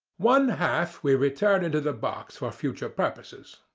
one half we return into the box for future purposes.